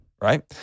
Right